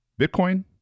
Bitcoin